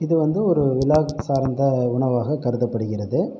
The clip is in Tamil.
இது வந்து ஒரு விழா சார்ந்த உணவாக கருதப்படுகிறது